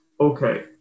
Okay